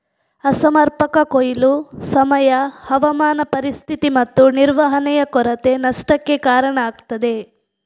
ಅಸಮರ್ಪಕ ಕೊಯ್ಲು, ಸಮಯ, ಹವಾಮಾನ ಪರಿಸ್ಥಿತಿ ಮತ್ತು ನಿರ್ವಹಣೆಯ ಕೊರತೆ ನಷ್ಟಕ್ಕೆ ಕಾರಣ ಆಗ್ತದೆ